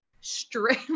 straight